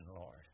Lord